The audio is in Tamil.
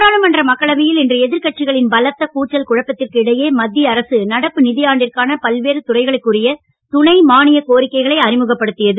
நாடாளுமன்ற மக்களவையில் இன்று எதிர் கட்சிகளின் பலத்த கூச்சல் குழப்பத்திற்கு இடையே மத்திய அரசு நடப்பு நிதி ஆண்டிற்கான பல்வேறு துறைகளுக்கு உரிய துணை மானியக் கோரிக்கைகளை அறிமுகப்படுத்தியது